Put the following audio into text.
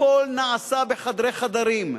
הכול נעשה בחדרי-חדרים,